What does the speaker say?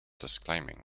disclaiming